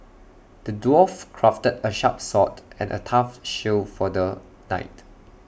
the dwarf crafted A sharp sword and A tough shield for the knight